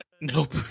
Nope